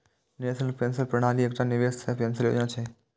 national pension प्रणाली एकटा निवेश सह पेंशन योजना छियै